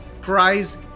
prize